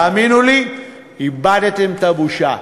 ותאמינו לי, איבדתם את הבושה.